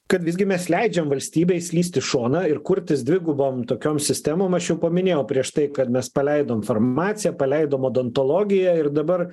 kad visgi mes leidžiame valstybei slyst į šoną ir kurtis dvigubom tokiom sistemoms aš jau paminėjau prieš tai kad mes paleidom farmaciją paleidom odontologiją ir dabar